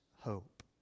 hope